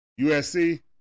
USC